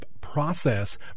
process